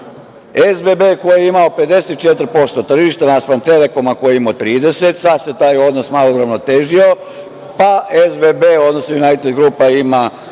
SBB koji je imao 54% tržišta naspram „Telekoma“ koji je imao 30%, sad se taj odnos malo uravnotežio, pa SBB, odnosno „Junajted grupa“ ima